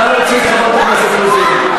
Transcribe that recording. נא להוציא את חברת הכנסת זנדברג.